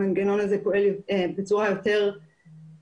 המנגנון הזה פועל בצורה יותר משמעותית.